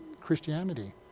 Christianity